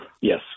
Yes